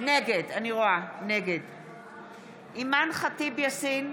נגד אימאן ח'טיב יאסין,